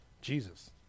Jesus